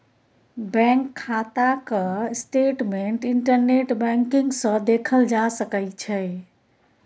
bank खाताक statement internet banking सँ देखल जा सकै छै